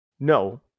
No